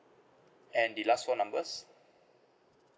and the last four numbers